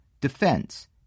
defense